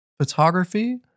photography